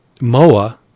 Moa